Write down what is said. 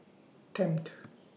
Tempt